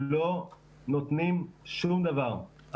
לא נותנים שום דבר.